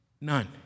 None